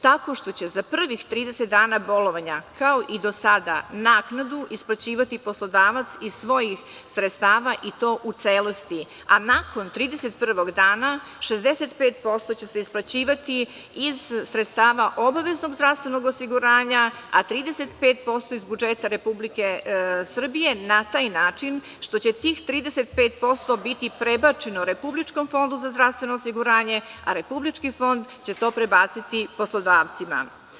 Tako što će za prvih 30 dana bolovanja kao i do sada naknadu isplaćivati poslodavac iz svojih sredstava i to u celosti, a nakon 31. dana 65% će se isplaćivati iz sredstava obaveznog zdravstvenog osiguranja, a 35% iz budžeta Republike Srbije, na taj način što će tih 35% biti prebačeno RFZO a RFZO će to prebaciti poslodavcima.